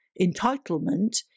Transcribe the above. entitlement